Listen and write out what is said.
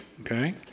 okay